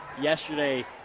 yesterday